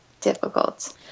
difficult